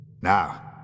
Now